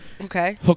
Okay